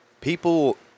People